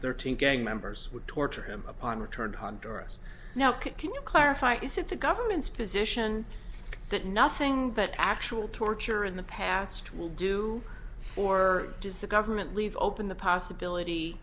thirteen gang members would torture him upon return to honduras now can you clarify is it the government's position that nothing that actual torture in the past will do or does the government leave open the possibility